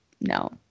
no